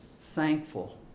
thankful